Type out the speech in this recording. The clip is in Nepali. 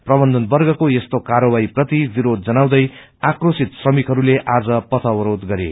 प्रबन्धन वर्गले यसतो ाकाग्रवाही प्रति विरोध जनाउँदै आक्रोशित श्रमिकहरूले आज पथ अवरोध गरे